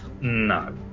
No